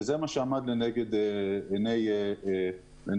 וזה מה שעמד לנגד עיני הממשלה,